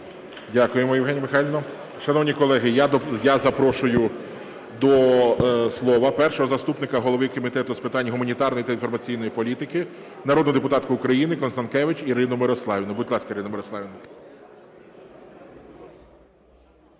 Дякуємо, Євгеніє Михайлівно. Шановні колеги, я запрошую до слова першого заступника голови Комітету з питань гуманітарної та інформаційної політики народну депутатку України Констанкевич Ірину Мирославівну. Будь ласка, Ірино Мирославівно.